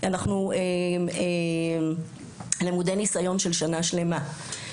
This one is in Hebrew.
אנחנו לימודי ניסיון של שנה שלמה,